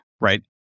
right